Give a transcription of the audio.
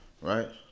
right